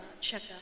check